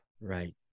Right